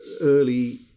early